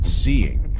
seeing